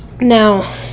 Now